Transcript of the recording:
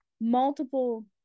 multiple